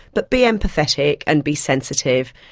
but be empathetic and be sensitive.